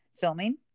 filming